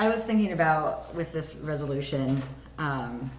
i was thinking about with this resolution